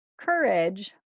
courage